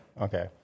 Okay